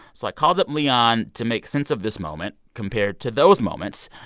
so i called up leon to make sense of this moment compared to those moments.